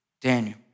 Daniel